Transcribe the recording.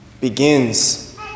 begins